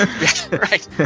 right